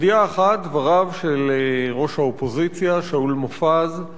ידיעה אחת: דבריו של ראש האופוזיציה, שאול מופז,